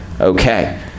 okay